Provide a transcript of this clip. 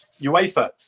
UEFA